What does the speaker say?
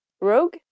Rogue